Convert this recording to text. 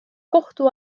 kohtu